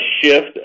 shift